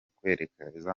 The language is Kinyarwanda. kwerekeza